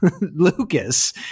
Lucas